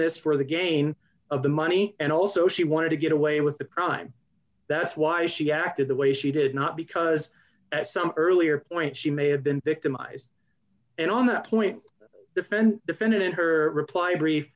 this for the gain of the money and also she wanted to get away with the prime that's why she acted the way she did not because at some earlier point she may have been victimized and on that point defend defended in her reply brief